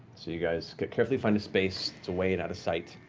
you guys carefully find a space that's away and out of sight,